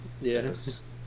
yes